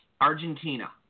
Argentina